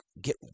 get